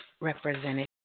represented